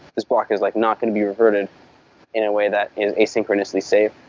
this block is like not going to be reverted in a way that is asynchronously safe.